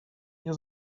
nie